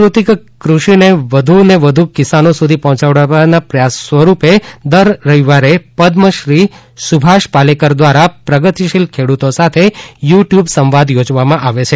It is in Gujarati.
પ્રાકૃતિક કૃષિને વધુને વધુ કિસાનો સુધી પહોંચાડવાના પ્રયાસ સ્વરૂપે દર રવિવારે પદ્મશ્રી સુભાષ પાલેકર દ્વારા પ્રગતિશીલ ખડૂતો સાથે યુ ટયુબ સંવાદ યોજવામાં આવે છે